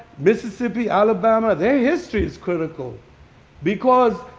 mississippi, alabama. their history is critical because